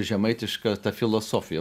žemaitiška ta filosofija